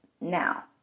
now